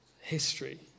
history